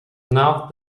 enough